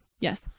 yes